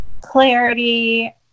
clarity